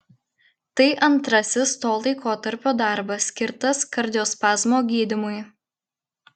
tai antrasis to laikotarpio darbas skirtas kardiospazmo gydymui